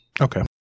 Okay